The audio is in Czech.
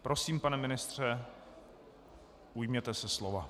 Prosím, pane ministře, ujměte se slova.